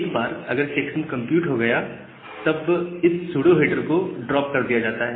एक बार अगर चेक्सम कंप्यूट हो गया तो तब इस सूडो हेडर को ड्रॉप कर दिया जाता है